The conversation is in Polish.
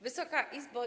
Wysoka Izbo!